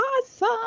Awesome